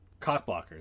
Cockblockers